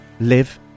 live